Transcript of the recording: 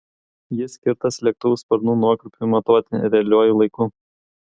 jis skirtas lėktuvų sparnų nuokrypiui matuoti realiuoju laiku